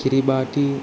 Kiribati